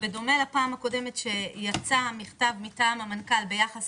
ובדומה לפעם הקודמת שיצא מכתב מטעם המנכ"ל ביחס